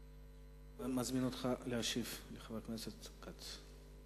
אני מזמין אותך להשיב לחבר הכנסת כץ.